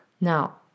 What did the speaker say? Now